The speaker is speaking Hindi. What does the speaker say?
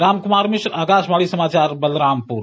रामकुमार मिश्र आकाशवाणी समाचार बलरामपुर